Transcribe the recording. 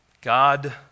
God